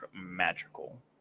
magical